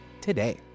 today